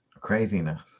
Craziness